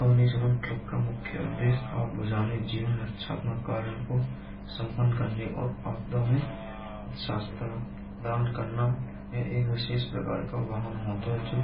अग्नि समान ट्रक का मुख्य उद्देश्य आग बुझाने और जीवन रक्षात्मक कार्यों को संपन्न करने और आपदा में सस्ता दान करना है। एक विशेष प्रकार का वाहन होता है जो